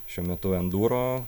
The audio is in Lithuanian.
šiuo metu endūro